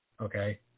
Okay